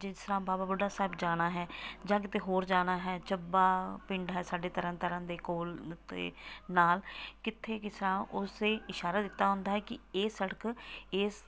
ਜਿਸ ਤਰ੍ਹਾਂ ਬਾਬਾ ਬੁੱਢਾ ਸਾਹਿਬ ਜਾਣਾ ਹੈ ਜਾਂ ਕਿਤੇ ਹੋਰ ਜਾਣਾ ਹੈ ਚੱਬਾ ਪਿੰਡ ਹੈ ਸਾਡੇ ਤਰਨਤਾਰਨ ਦੇ ਕੋਲ ਅਤੇ ਨਾਲ ਕਿੱਥੇ ਕਿਸ ਤਰ੍ਹਾਂ ਉਸੇ ਇਸ਼ਾਰਾ ਦਿੱਤਾ ਹੁੰਦਾ ਕਿ ਇਹ ਸੜਕ ਇਸ